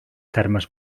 termes